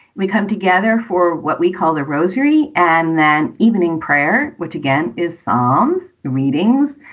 we come together for what we call the rosary and then evening prayer, which again is psalms readings.